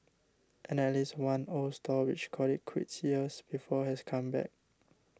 and at least one old stall which called it quits years before has come back